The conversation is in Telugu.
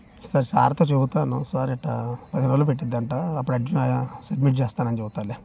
సరే సార్తో చెపుతాను సర్ ఇట్లా పదిరోజులు పట్టింది అంటా అప్పుడు ఎట్లా సబ్మిట్ చేస్తాను అని చెబుతాలే